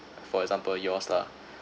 for example yours lah